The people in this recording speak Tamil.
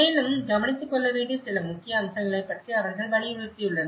மேலும் கவனித்துக்கொள்ள வேண்டிய சில முக்கிய அம்சங்களைப் பற்றி அவர்கள் வலியுறுத்தியுள்ளனர்